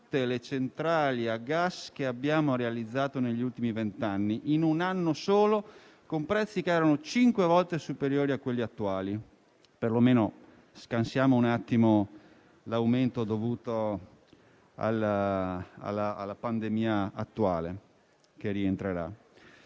tutte le centrali a gas che abbiamo realizzato negli ultimi vent'anni. Lo abbiamo fatto in un anno solo e con prezzi che erano cinque volte superiori a quelli attuali (scansando per un attimo l'aumento dovuto alla pandemia, che rientrerà).